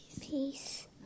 Peace